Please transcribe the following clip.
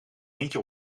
eentje